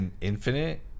infinite